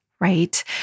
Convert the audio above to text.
Right